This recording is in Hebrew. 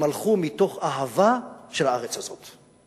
הם הלכו מתוך אהבה של הארץ הזאת.